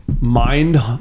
mind